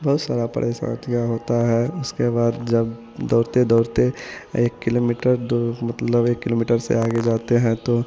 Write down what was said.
बहुत सारी परेशानियाँ होती है उसके बाद जब दौड़ते दौड़ते एक किलोमीटर दूर मतलब एक किलोमीटर से आगे जाते हैं तो